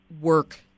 work